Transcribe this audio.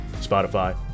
Spotify